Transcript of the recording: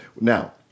now